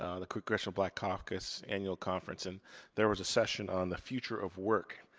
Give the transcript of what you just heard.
um the congressional black caucus annual conference. and there was a session on the future of work.